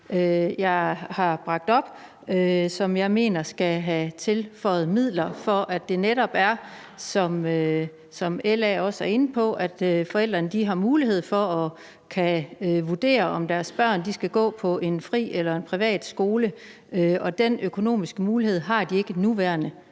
jeg har bragt op, og som jeg mener skal have tilføjet midler, for at det netop kan være sådan, som LA også er inde på, at forældrene har mulighed for at vurdere, om deres børn skal gå på en fri- eller privatskole. Den økonomiske mulighed har de ikke for nuværende.